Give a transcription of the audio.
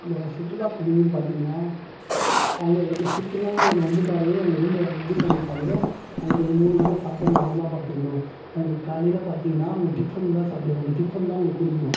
இந்த சுற்றுலா பயணிகள் பார்த்திங்கனா அவங்க எங்கே சுற்றுலான்னு ஒன்று வந்துட்டால் எங்கள் ரூமை இது பண்ணிட்டால் அவங்களுக்கு மூணு வேலை சாப்பாடு நாங்கள் தான் பார்த்துக்கணும் அவங்களுக்கு காலையில் பார்த்திங்கனா அவங்க டிஃபன் தான் சாப்டுவாங்க டிஃபன் தான் அவங்களுக்கு கொடுக்கணும்